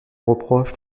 reproches